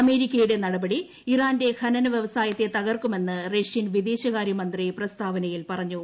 അമേരിക്കയുടെ നടപടി ഇറാന്റെ ഖനന വൃവസായത്തെ തകർക്കുമെന്ന് റഷ്യൻ വിദേശകാരൃമന്ത്രി പ്രസ്താവനയിൽ പറഞ്ഞു